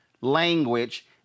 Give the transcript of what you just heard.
language